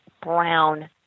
brown